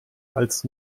als